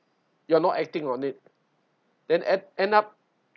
you are not acting on it and end end up